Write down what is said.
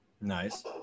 Nice